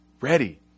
ready